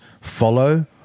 follow